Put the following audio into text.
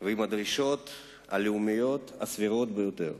ועם הדרישות הלאומיות הסבירות ביותר.